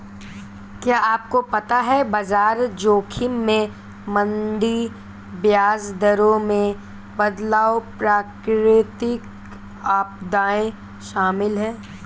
क्या आपको पता है बाजार जोखिम में मंदी, ब्याज दरों में बदलाव, प्राकृतिक आपदाएं शामिल हैं?